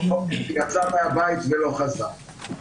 או יצא מהבית ולא חזר.